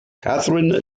katharine